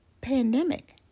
pandemic